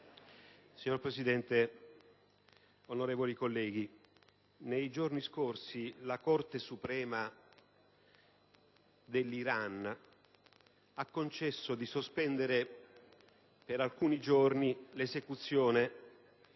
Signor Presidente, onorevoli colleghi, nei giorni scorsi la Corte suprema dell'Iran ha concesso di sospendere per alcuni giorni l'esecuzione